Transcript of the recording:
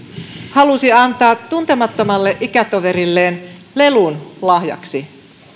halusi antaa tuntemattomalle ikätoverilleen lelun lahjaksi